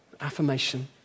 affirmation